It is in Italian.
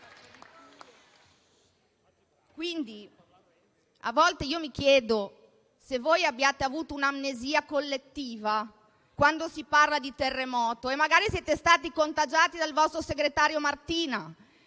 A volte io mi chiedo se voi abbiate subito un'amnesia collettiva, quando si parla di terremoto; magari siate stati contagiati dal vostro segretario Martina,